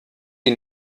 die